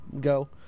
go